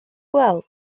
gweld